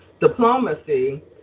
diplomacy